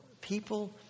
people